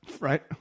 Right